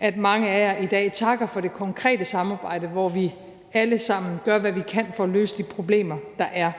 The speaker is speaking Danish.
at mange af jer i dag takker for det konkrete samarbejde, hvor vi alle sammen gør, hvad vi kan, for at løse de problemer, der er.